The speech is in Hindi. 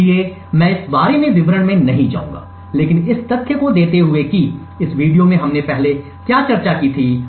इसलिए मैं इस बारे में विवरण में नहीं जाऊंगा लेकिन इस तथ्य को देते हुए कि इस वीडियो में हमने पहले क्या चर्चा की थी